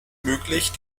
möglich